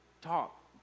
talk